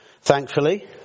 Thankfully